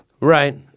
Right